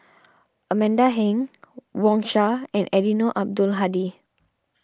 Amanda Heng Wang Sha and Eddino Abdul Hadi